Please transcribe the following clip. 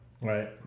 Right